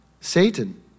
Satan